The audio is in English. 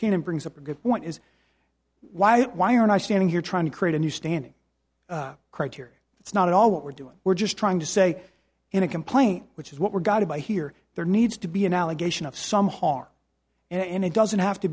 just brings up a good point is why why aren't i standing here trying to create a new standing criteria it's not at all what we're doing we're just trying to say in a complaint which is what we're gonna buy here there needs to be an allegation of some harm and it doesn't have to